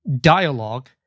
dialogue